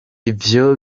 ivyo